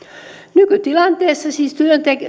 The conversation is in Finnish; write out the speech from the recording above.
nykytilanteessa siis